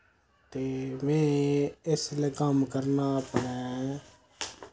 ते में इसलै कम्म करना अपनै